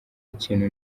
kintu